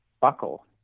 buckle